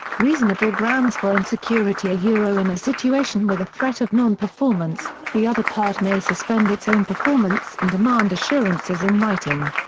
reasonable grounds for insecurity yeah in a situation with a threat of non-performance, the other part may suspend its own performance and demand assurances in writing.